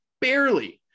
barely